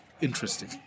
interesting